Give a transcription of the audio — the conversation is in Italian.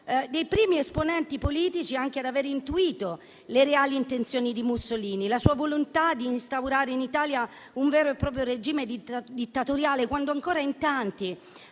dei primi esponenti politici ad aver intuito le reali intenzioni di Mussolini, la sua volontà di instaurare in Italia un vero e proprio regime dittatoriale quando ancora in tanti,